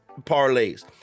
parlays